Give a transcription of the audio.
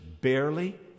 barely